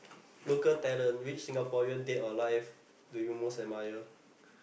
local talent which Singaporean dead or live do you most admire